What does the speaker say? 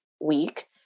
week